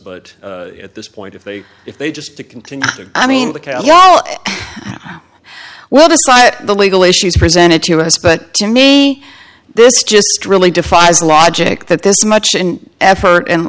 but at this point if they if they just to continue i mean well despite the legal issues presented to us but to me this just really defies logic that this much effort and